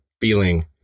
feeling